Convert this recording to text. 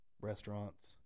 Restaurants